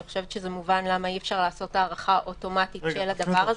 אני חושבת שמובן למה אי-אפשר לעשות הארכה אוטומטית של הדבר הזה,